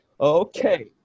okay